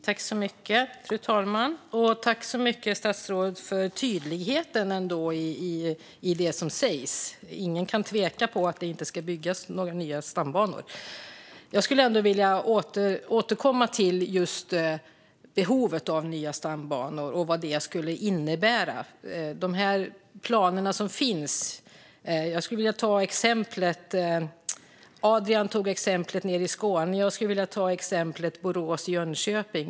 Fru talman! Tack ändå till statsrådet för tydligheten i det som sägs! Ingen kan tveka om att det inte kommer att byggas några nya stambanor. Jag vill återkomma till just behovet av nya stambanor och vad det skulle innebära med de planer som finns. Adrian Magnusson tog exemplet nere i Skåne, och jag skulle vilja ta exemplet Borås-Jönköping.